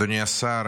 אדוני השר,